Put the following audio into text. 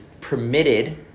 permitted